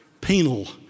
penal